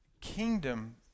kingdom